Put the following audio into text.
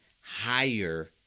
higher